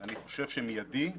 אני חושב שמיידי,